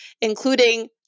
including